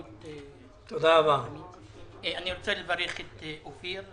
אני רוצה לברך את אופיר,